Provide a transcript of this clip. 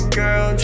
girl